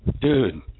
Dude